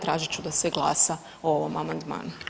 Tražit ću da se glasa o ovom amandmanu.